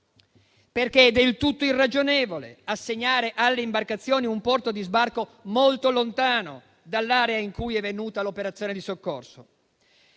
È del tutto irragionevole assegnare alle imbarcazioni un porto di sbarco molto lontano dall'area in cui è avvenuta l'operazione di soccorso.